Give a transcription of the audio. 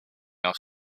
off